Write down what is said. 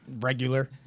Regular